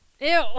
Ew